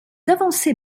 avancées